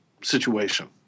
situation